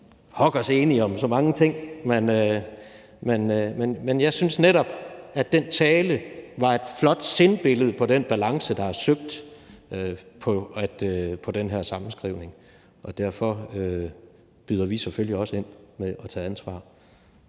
pokkers enige om så mange ting, men jeg synes netop, at den tale var et flot sindbillede på den balance, der er søgt i den her sammenskrivning, og derfor byder vi selvfølgelig også ind med at tage ansvar.